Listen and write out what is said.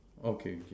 okay okay